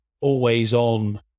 always-on